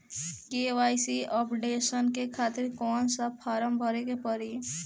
KYC updation के खातिर कौन सा फारम भरे के पड़ी?